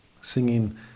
singing